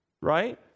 right